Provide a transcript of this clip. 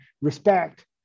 respect